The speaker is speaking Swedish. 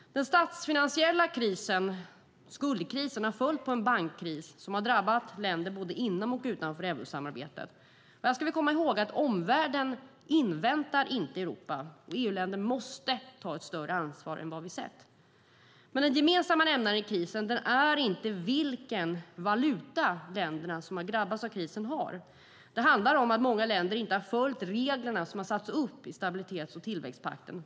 Den statsfinansiella krisen - skuldkrisen - har följt på en bankkris som har drabbat länder både inom och utanför eurosamarbetet. Vi ska komma ihåg att omvärlden inte inväntar Europa. EU-länder måste ta ett större ansvar än vad vi har sett. Den gemensamma nämnaren i krisen är inte vilken valuta de länder som har drabbats av krisen har, utan det handlar om att många länder inte har följt de regler som har satts upp i stabilitets och tillväxtpakten.